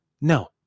No